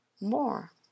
more